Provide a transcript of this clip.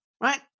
right